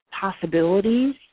possibilities